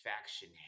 faction